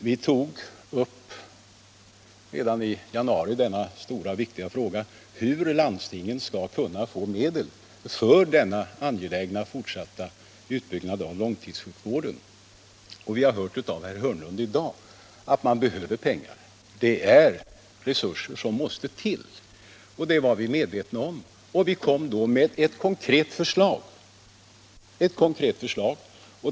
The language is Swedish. Vi tog redan i januari upp den viktiga frågan om hur landstingen skall kunna få medel för den fortsatta angelägna utbyggnaden av långtidsvården, och vi har i dag hört av herr Hörnlund att landstingen sannerligen behöver pengar. Vi var medvetna om att det krävdes resurser, och vi lade därför fram ett konkret förslag.